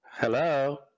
Hello